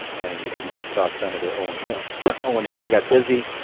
and you know you guys saw senator owen hill owen hill got busy.